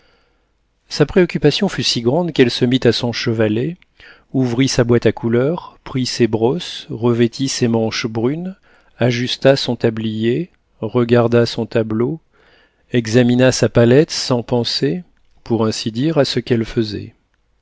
sa préoccupation fut si grande qu'elle se mit à son chevalet ouvrit sa boîte à couleurs prit ses brosses revêtit ses manches brunes ajusta son tablier regarda son tableau examina sa palette sans penser pour ainsi dire à ce qu'elle faisait